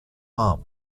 arm